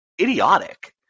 idiotic